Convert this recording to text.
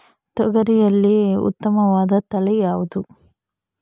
ತೊಗರಿಯಲ್ಲಿ ಉತ್ತಮವಾದ ತಳಿ ಯಾವುದು?